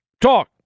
talk